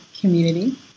community